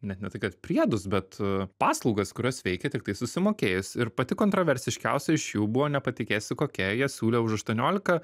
net ne tai kad priedus bet paslaugas kurios veikia tik tai susimokėjus ir pati kontraversiškiausia iš jų buvo nepatikėsi kokią jie siūlė už aštuoniolika